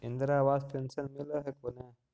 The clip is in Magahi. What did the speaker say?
इन्द्रा आवास पेन्शन मिल हको ने?